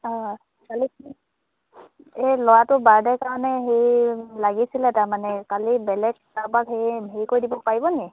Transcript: অঁ কালি এই ল'ৰাটো বাৰ্থডে কাৰণে তাৰমানে কালি বেলেগ কাবাক হে হেৰি কৰি দিব পাৰিব নি